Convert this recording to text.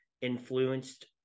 influenced